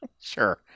sure